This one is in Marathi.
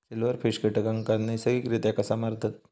सिल्व्हरफिश कीटकांना नैसर्गिकरित्या कसा मारतत?